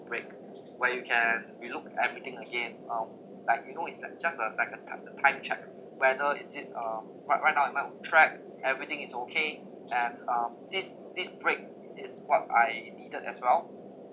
break when you can re look everything again um like you know it's like just a like a ti~ a time check whether is it uh right right now am I on track everything is okay and um this this break is what I needed as well